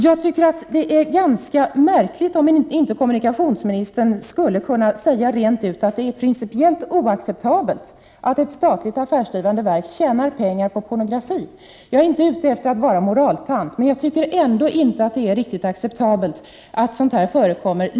Jag tycker att det vore ganska märkligt om inte kommunikationsministern skulle kunna säga rent ut att det är principiellt oacceptabelt att ett statligt affärsdrivande verk tjänar pengar på pornografi. Jag är inte ute efter att vara moraltant, men jag tycker inte att det är acceptabelt att sådant här förekommer.